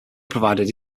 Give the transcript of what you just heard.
provided